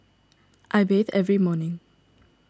I bathe every morning